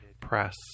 Press